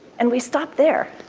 and we stop there.